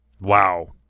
wow